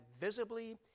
visibly